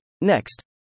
next